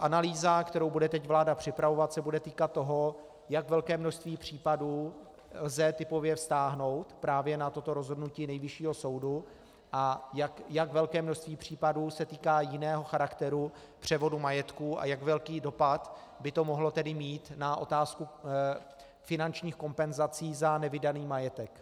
Analýza, kterou bude teď vláda připravovat, se bude týkat toho, jak velké množství případů lze typově vztáhnout právě na toto rozhodnutí Nejvyššího soudu a jak velké množství případů se týká jiného charakteru převodu majetku a jak velký dopad by to mohlo tedy mít na otázku finančních kompenzací za nevydaný majetek.